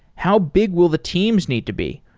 how big will the teams need to be?